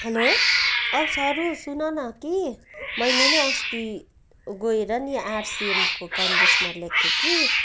hello औ सरु सुन न कि मैले नि अस्ति गएर नि आरसिएमको कन्डिसनर लिएको थिएँ कि